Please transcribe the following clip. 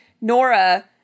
Nora